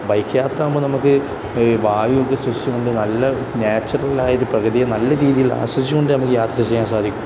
bike യാത്ര ആകുമ്പോൾ നമുക്ക് വായു ഒക്കെ സൃഷ്ടിച്ചു കൊണ്ട് നല്ല നാച്ചുറലായ ഒരു പ്രകൃതിയെ നല്ല രീതിയിൽ ആസ്വദിച്ചു കൊണ്ട് നമുക്ക് യാത്ര ചെയ്യാൻ സാധിക്കും